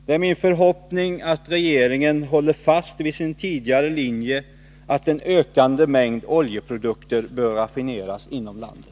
Det är min förhoppning att regeringen håller fast vid sin tidigare linje att en ökande mängd oljeprodukter bör raffineras inom landet.